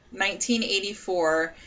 1984